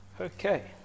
Okay